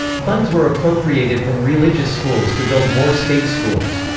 funds were appropriated from religious schools to build more state schools.